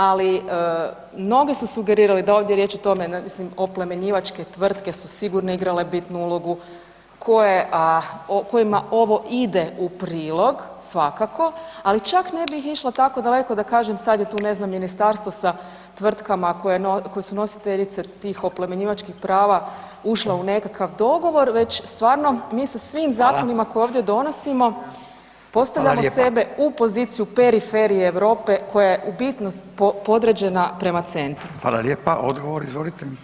Ali mnogi su sugerirali da je ovdje riječ o tome, mislim oplemenjivačke tvrtke su sigurno igrale bitnu ulogu kojima ovo ide u prilog svakako, ali čak ne bih išla tako daleko da kažem sad je tu ne znam ministarstvo sa tvrtkama koje su nositeljice tih oplemenjivačkih prava ušle u nekakav dogovor već stvarno mi sa svim zakonima koje ovdje donosimo postavljamo sebe u poziciju periferije Europe koja je u bitno podređena prema centru.